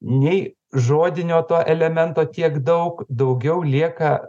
nei žodinio to elemento tiek daug daugiau lieka